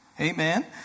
Amen